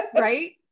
Right